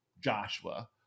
joshua